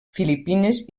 filipines